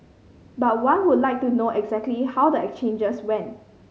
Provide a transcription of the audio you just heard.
but one would like to know exactly how the exchanges went